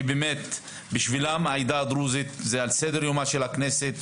שבאמת בשבילם העדה הדרוזית זה על סדר-יומה של הכנסת,